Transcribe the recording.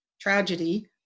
tragedy